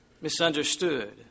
misunderstood